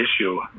issue